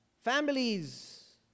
families